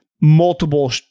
multiple